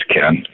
Ken